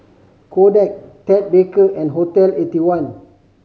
Kodak Ted Baker and Hotel Eighty one